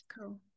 cool